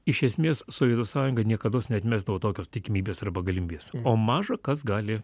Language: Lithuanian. iš esmės sovietų sąjunga niekados neatmesdavo tokios tikimybės arba galimybės o maža kas gali